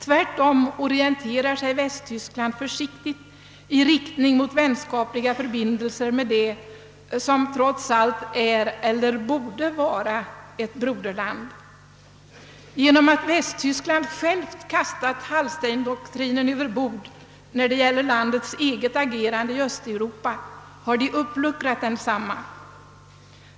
Tvärtom orienterar sig Västtyskland försiktigt mot vänskapliga förbindelser med det som trots allt är eller borde vara ett broderland. Genom att Västtyskland självt kastat Hallsteindoktrinen över bord när det gäller landets agerande i Östeuropa har man uppluckrat densamma.